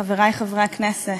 תודה לך, חברי חברי הכנסת,